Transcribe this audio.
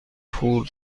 پول